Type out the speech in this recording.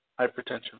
hypertension